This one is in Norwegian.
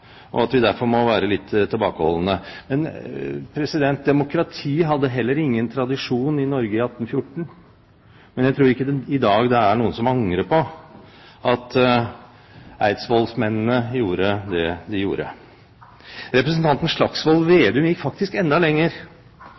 og at vi derfor må være litt tilbakeholdne. Men demokratiet hadde heller ingen tradisjon i Norge i 1814, men jeg tror ikke det i dag er noen som beklager at eidsvollsmennene gjorde det de gjorde. Representanten Slagsvold Vedum gikk enda lenger.